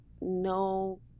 no